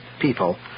people